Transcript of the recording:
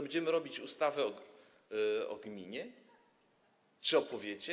Będziemy robić ustawę o gminie czy o powiecie?